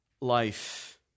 life